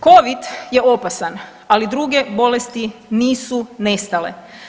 Covid je opasan, ali druge bolesti nisu nestale.